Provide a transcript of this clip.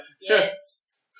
Yes